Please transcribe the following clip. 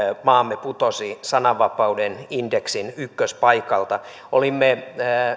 maamme putosi sananvapauden indeksin ykköspaikalta olimme